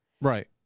Right